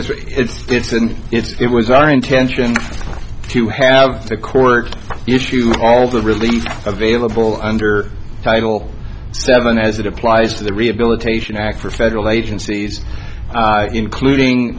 this week it's just an it was our intention to have the court issued all the relief available under title seven as it applies to the rehabilitation act for federal agencies including